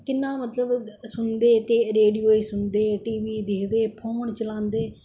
किन्ना मतलब सुनदे रेडियो गी सुनदे टीवी दिक्खदे फोन चलांदे